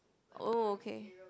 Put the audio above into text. oh okay